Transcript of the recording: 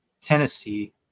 Tennessee